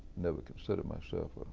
never considered myself